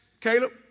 Caleb